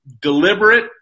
deliberate